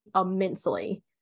immensely